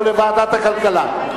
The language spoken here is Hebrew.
או לוועדת הכלכלה?